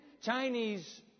Chinese